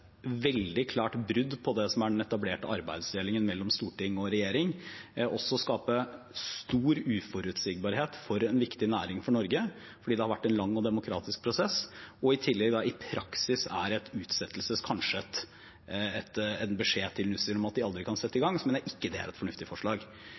veldig klart brudd på den etablerte arbeidsdelingen mellom storting og regjering og også skape stor uforutsigbarhet for en viktig næring for Norge, fordi det har vært en lang og demokratisk prosess, og i tillegg i praksis er en utsettelse – kanskje en beskjed til Nussir om at de aldri kan sette i